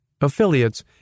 Affiliates